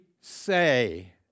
say